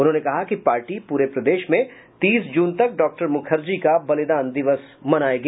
उन्होंने कहा कि पार्टी पूरे प्रदेश में तीस जून तक डॉक्टर मूखर्जी का बलिदान दिवस मनायेगी